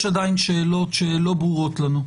יש עדיין שאלות שלא ברורות לנו.